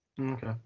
Okay